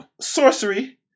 sorcery